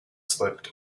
slipped